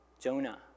Jonah